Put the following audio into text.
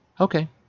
Okay